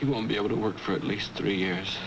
neck he won't be able to work for at least three years